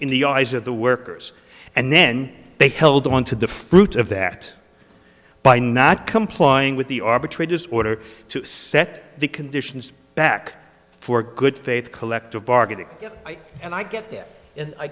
in the eyes of the workers and then they held on to the fruits of that by not complying with the arbitrate just order to set the conditions back for good faith collective bargaining and i get there and i